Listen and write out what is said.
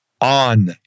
on